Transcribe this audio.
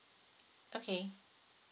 okay